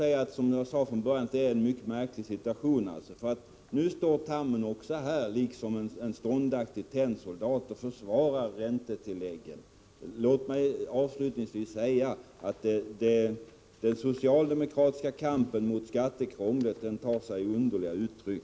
Det är, som jag sade inledningsvis, en märklig situation när Tammenoksa står här som en ståndaktig tennsoldat och försvarar räntetilläggen. Den socialdemokratiska kampen mot skattekrånglet tar sig underliga uttryck.